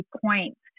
points